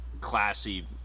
Classy